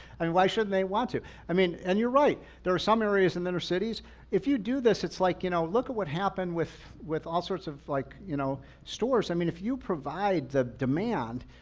and why shouldn't they want to? i mean, and you're right, there are some areas in inner cities if you do this, it's like, you know look at what happened with with all sorts of like you know stores. i mean, if you provide the demand.